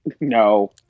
No